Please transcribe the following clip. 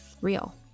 real